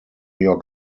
york